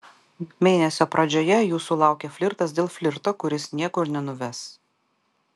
mėnesio pradžioje jūsų laukia flirtas dėl flirto kuris niekur nenuves